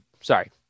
sorry